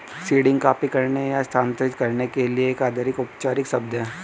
seeding copy करने या स्थानांतरित करने के लिए एक अधिक औपचारिक शब्द है